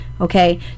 Okay